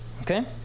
Okay